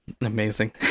Amazing